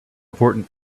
important